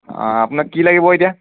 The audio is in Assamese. আপোনাক কি লাগিব এতিয়া